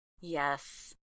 Yes